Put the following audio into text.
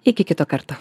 iki kito karto